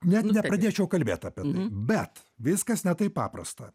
net nepradėčiau kalbėt apie tai bet viskas ne taip paprasta